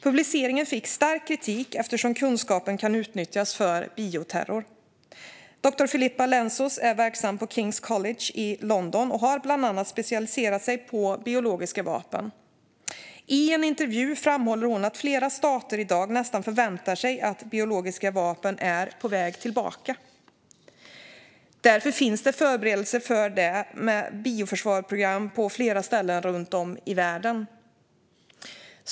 Publiceringen fick stark kritik, eftersom kunskapen kan utnyttjas för bioterror. Doktor Filippa Lentzos är verksam på Kings College i London och har bland annat specialiserat sig på biologiska vapen. I en intervju framhåller hon att flera stater i dag nästan förväntar sig att biologiska vapen är på väg tillbaka. Därför finns det förberedelser för det med bioförsvarsprogram på flera ställen runt om i världen.